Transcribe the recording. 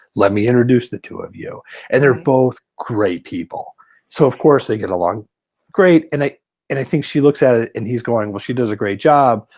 let me introduce the two of you and they're both great people so of course they get along great and and i think she looks at it and he's going well, she does a great job.